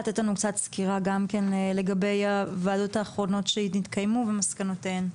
שתיתן לנו סקירה לגבי הוועדות האחרונות שהתקיימו ומסקנותיהן.